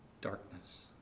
darkness